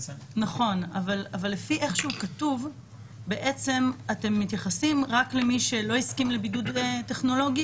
אבל לפי איך שהוא כתוב אתם מתייחסים רק למי שלא הסכים לבידוד טכנולוגי